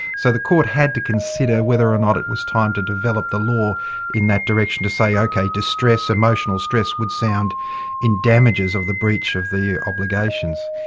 so the court had to consider whether or not it was time to develop the law in that direction, to say, okay, distress, emotional stress would sound in damages of the breach of the obligations.